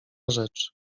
rzecz